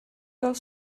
fel